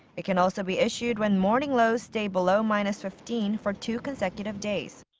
it can also be issued when morning lows stay below minus fifteen for two consecutive days.